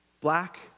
black